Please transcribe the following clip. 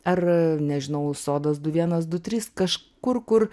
ar nežinau sodas du vienas du trys kažkur kur